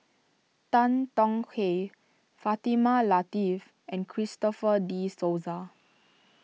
Tan Tong Hye Fatimah Lateef and Christopher De Souza